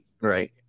Right